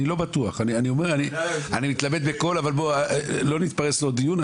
אני מתלבט בקול אבל לא נתפרס לעוד דיון.